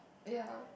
ya